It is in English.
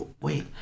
Wait